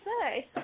say